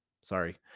sorry